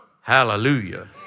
Hallelujah